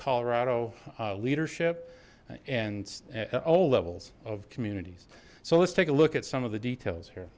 colorado leadership and at all levels of communities so let's take a look at some of the details here